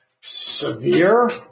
severe